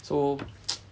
so